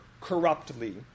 corruptly